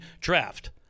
draft